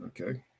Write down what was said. Okay